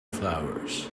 flowers